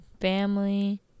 family